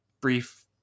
brief